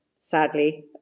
sadly